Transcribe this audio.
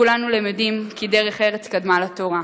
כולנו למדים כי "דרך ארץ קדמה לתורה",